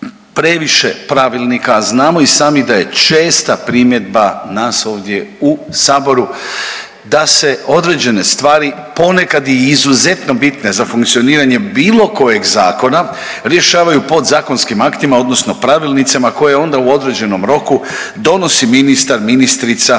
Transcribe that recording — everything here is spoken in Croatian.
previše pravilnika, a znamo i sami da je česta primjedba nas ovdje u Saboru da se određene stvari ponekad i izuzetno bitne za funkcioniranje bilo kojeg zakona rješavaju podzakonskim aktima, odnosno pravilnicima koje onda u određenom roku donosi ministar, ministrica